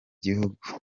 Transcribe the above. gihugu